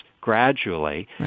gradually